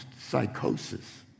psychosis